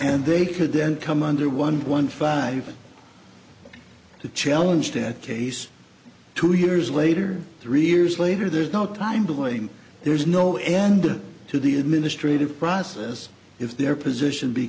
and they could then come under one one five to challenge that case two years later three years later there's not time the way there's no end to the administrative process if their position be